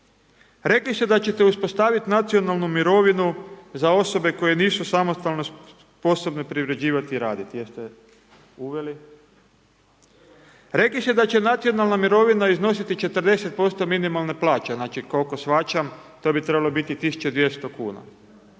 Rekli ste da ćete uspostaviti nacionalnu mirovinu za osobe koje nisu samostalno sposobne privređivati i raditi. Jeste uveli? Rekli ste da će nacionalna mirovina iznositi 40% minimalne plaće, znači koliko shvaćam to bi trebalo biti 1200 kuna.